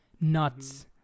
nuts